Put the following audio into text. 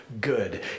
good